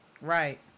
Right